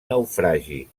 naufragi